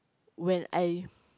when I